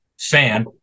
fan